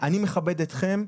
אני מכבד אתכם.